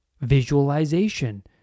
Visualization